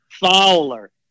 Fowler